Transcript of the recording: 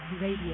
Radio